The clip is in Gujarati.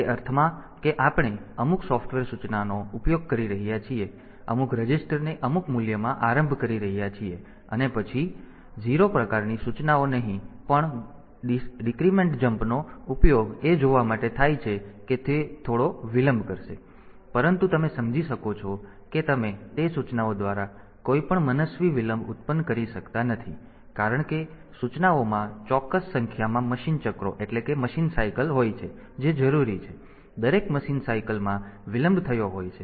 એ અર્થમાં કે આપણે અમુક સોફ્ટવેર સૂચનાઓનો ઉપયોગ કરી રહ્યા છીએ અમુક રજિસ્ટર ને અમુક મૂલ્યમાં આરંભ કરી રહ્યા છીએ અને પછી 0 પ્રકારની સૂચનાઓ નહીં પણ ઘટાડો જમ્પ નો ઉપયોગ એ જોવા માટે થાય છે કે તે થોડો વિલંબ કરશે પરંતુ તમે સમજી શકો છો કે તમે તે સૂચનાઓ દ્વારા કોઈપણ મનસ્વી વિલંબ ઉત્પન્ન કરી શકતા નથી કારણ કે સૂચનાઓમાં ચોક્કસ સંખ્યામાં મશીન ચક્રો હોય છે જે જરૂરી છે અને દરેક મશીન ચક્રમાં વિલંબ થયો હોય છે